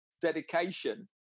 dedication